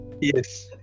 Yes